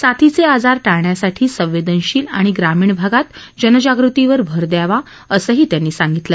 साथीचे आजार टाळण्यासाठी संवेदनशील आणि ग्रामीण भागात जनजागृतीवर भर द्यावा असंही त्यांनी सांगितलं